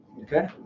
Okay